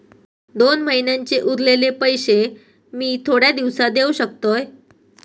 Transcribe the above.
दोन महिन्यांचे उरलेले पैशे मी थोड्या दिवसा देव शकतय?